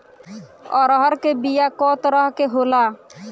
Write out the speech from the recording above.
अरहर के बिया कौ तरह के होला?